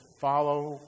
follow